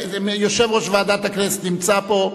יושב-ראש ועדת הכנסת נמצא פה,